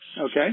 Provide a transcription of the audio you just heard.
Okay